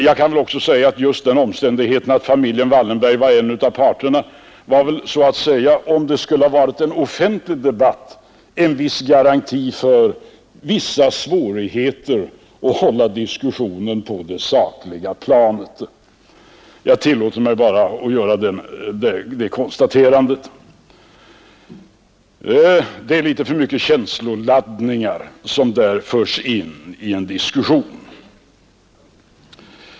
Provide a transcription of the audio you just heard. Jag kan väl också säga att den omständigheten att familjen Wallenberg var en av parterna var en viss garanti för att det, om det skulle ha varit en offentlig debatt, skulle ha uppstått vissa svårigheter med att hålla diskussionen på det sakliga planet. Jag tillåter mig bara att göra det konstaterandet. Det är litet för mycket av känsloladdningar som skulle föras in i en sådan diskussion.